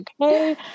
okay